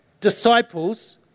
disciples